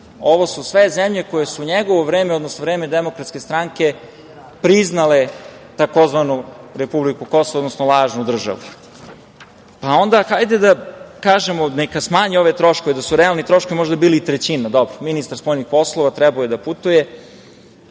Ovo su sve zemlje koje su u njegovo vreme, odnosno vreme Demokratske stranke priznale tzv. republiku Kosovo, odnosno lažnu državu. Onda, hajde da kažemo neka smanji ove troškove, da su realni troškovi možda bi bili i trećina, dobro, ministar spoljnih poslova, trebao je da putuje,